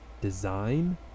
design